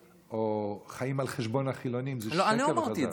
לעבוד או חיים על חשבון החילונים זה שקר וכזב.